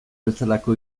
bezalako